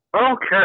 Okay